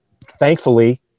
thankfully